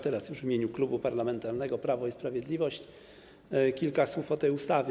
Teraz już w imieniu Klubu Parlamentarnego Prawo i Sprawiedliwość kilka słów o tej ustawie.